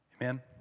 Amen